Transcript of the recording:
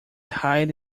hide